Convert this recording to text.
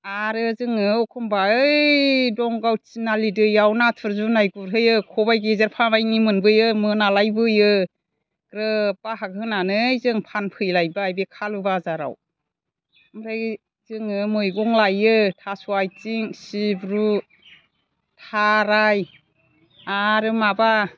आरो जोङो एखमब्ला ओइ दंगाव थिनालि दैयाव नाथुर जुनाइ गुरहैयो खबाइ गेजेरफा मानि मोनबोयो मोनालायबोयो ग्रोब बाहाग होनानै जों फानफैलायबाय बे खालु बाजाराव ओमफ्राय जोङो मैगं लायो थास' आथिं सिब्रु थाराइ आरो माबा